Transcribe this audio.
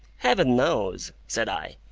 heaven knows, said i.